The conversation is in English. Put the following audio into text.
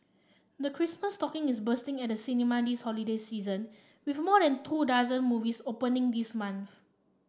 the Christmas stocking is bursting at the cinemas this holiday season with more than two dozen movies opening this month